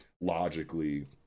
logically